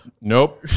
nope